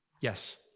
Yes